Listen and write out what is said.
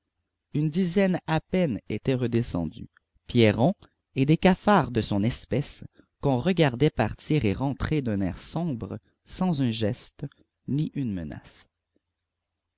une dizaine à peine étaient redescendus pierron et des cafards de son espèce qu'on regardait partir et rentrer d'un air sombre sans un geste ni une menace